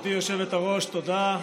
גברתי היושבת-ראש, תודה.